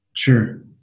Sure